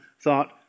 thought